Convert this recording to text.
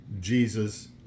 Jesus